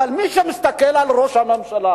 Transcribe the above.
אבל מי שמסתכל על ראש הממשלה,